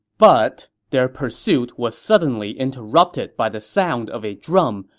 but their pursuit was suddenly interrupted by the sound of a drum,